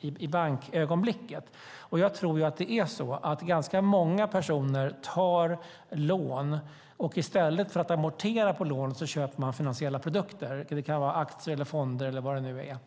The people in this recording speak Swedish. i bankögonblicket, och jag tror att det är så att ganska många personer tar lån och i stället för att amortera på lånet köper finansiella produkter. Det kan vara aktier, fonder eller vad det nu är.